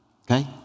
Okay